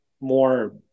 more